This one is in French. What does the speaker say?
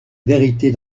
vérité